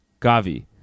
Gavi